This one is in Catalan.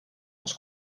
els